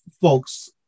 folks